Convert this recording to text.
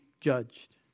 judged